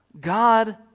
God